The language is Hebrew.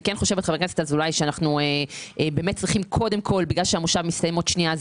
אני חושבת שאנו צריכים קודם כל בגלל שהמושב מסתיים עוד שנייה,